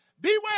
Beware